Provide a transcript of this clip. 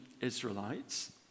Israelites